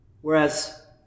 Whereas